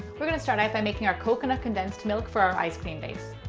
we're going to start out by making our coconut condensed milk for our ice cream base.